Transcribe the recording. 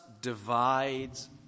divides